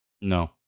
No